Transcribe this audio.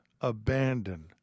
abandon